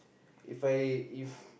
If I if